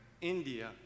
India